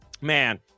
Man